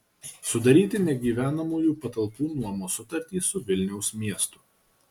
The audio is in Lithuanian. sudaryti negyvenamųjų patalpų nuomos sutartį su vilniaus miestu